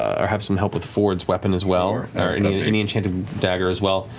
or have some help with fjord's weapon as well, or or any enchanted dagger as well,